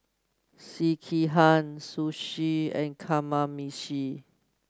Sekihan Sushi and Kamameshi